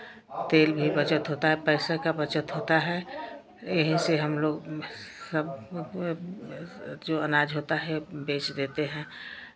तेल भी बचत होता है पैसे का बचत होता है यहीं से हम लोग सब जो अनाज होता है बेच देते हैं